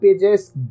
pages